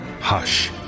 Hush